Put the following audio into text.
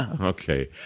Okay